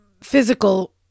physical